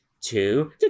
two